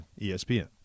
ESPN